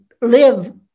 live